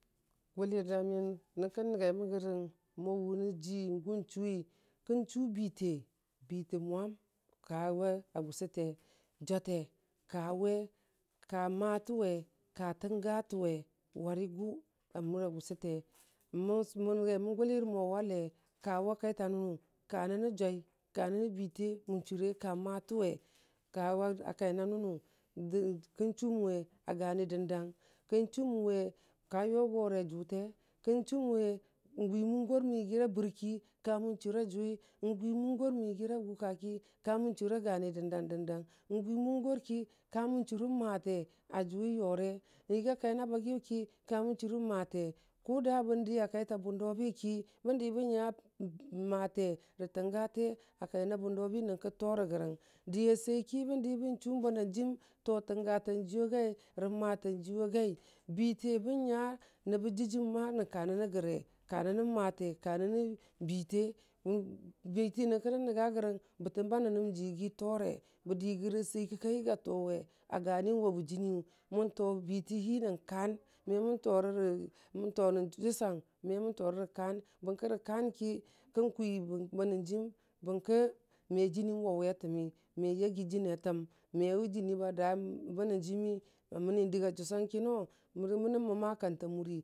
gʊlərda miyən dən nəngaimə nən mo wʊnənji gʊn chʊwi kən chʊ bite, bitə mwam ka we agʊsʊte jwate kawe ka matəwe ka təngatəwe werigʊ a murə gʊsʊte mən nənguimən gʊlər mo we le kawʊ kaita nənu ka nənə juni ka nənə bire mən chʊre ka matəwe kawa a kana nənu kən chʊmən we a gani dəndang, kən chʊmən we ka yʊgore a gʊte, kən chumənwe gwi mʊngor mən yigəra bərki ka mən chʊra jʊi, gwi mʊngor mən yəyira gʊka ki kamən chʊre agani dəndan dəndang gwi mʊngorki kamən chʊrə mate ajʊwi yore yəga kaina bagi yu ki ka mən chʊrə mate ka da bən dira kaina bʊndo biki bən nya mate rə tənga te a kaina bʊndomi nənkə to re rəgərəng dəya səi ki bən di bən chʊ bana hangəm to təngatunjiyu a gai rə mataji yu ngai, bitə bən nya nəba dəjim ma bən nya nən ka nənə yəre ka nənə mate ka nənə bite biti nyən kən nən nənya yərəng bətəm ba nənəm ji yiyi tore bə digəra səi ki ka yiya to we a gani wabə jəniyu mən to bitəhi nən kan mən torərə mən to nən jʊsang me nən torə rə kan bər ki rə kan ki kən kwi bonənjəm bənki mə jəni wauwi a təmi me yagi jəni a təm wujəni ba du hanjəmi məni dəya jusang kino bənə mə ma.